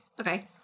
Okay